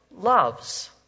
loves